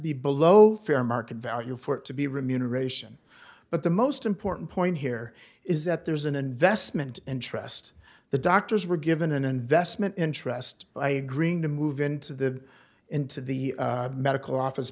be below fair market value for it to be remuneration but the most important point here is that there's an investment interest the doctors were given an investment interest by agreeing to move into the into the medical office